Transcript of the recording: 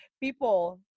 People